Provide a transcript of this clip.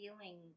feeling